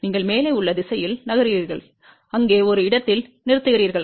நீங்கள் மேலே உள்ள திசையில் நகர்கிறீர்கள் அங்கே ஒரு இடத்தில் நிறுத்துகிறீர்கள்